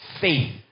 faith